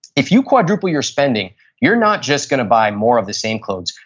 if you quadruple your spending you're not just going to buy more of the same clothes,